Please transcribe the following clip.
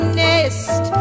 nest